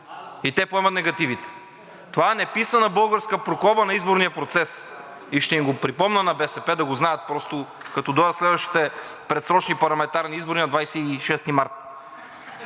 и те поемат негативите. Това е неписана българска прокоба на изборния процес. И ще им го припомня на БСП, да го знаят просто като дойдат следващите предсрочни парламентарни избори на 26 март.